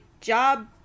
job